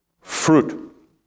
fruit